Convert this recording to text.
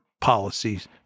policies